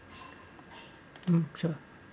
um sure